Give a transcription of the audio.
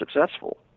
successful